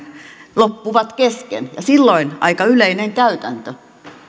loppuvat kesken ja silloin on aika yleinen